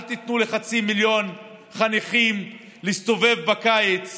אל תיתנו לחצי מיליון חניכים להסתובב בקיץ